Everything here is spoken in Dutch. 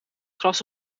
gras